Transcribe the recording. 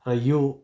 र यो